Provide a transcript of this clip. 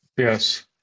Yes